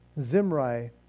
Zimri